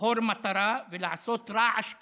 לבחור מטרה ולעשות רעש כשצריך,